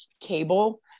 cable